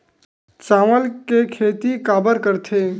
चावल के खेती काबर करथे?